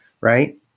Right